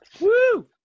Woo